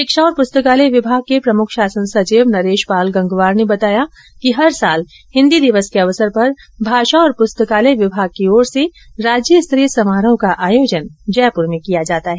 शिक्षा और पुस्तकालय विभाग के प्रमुख शासन सचिव नरेश पाल गंगवार ने बताया कि हर साल हिन्दी दिवस के अवसर पर भाषा और पुस्तकालय विभाग द्वारा राज्य स्तरीय समारोह का आयोजन जयपुर में किया जाता है